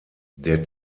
der